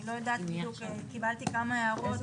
אני לא יודעת בדיוק, קילבתי כמה הערות.